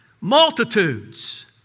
multitudes